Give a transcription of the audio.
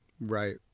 Right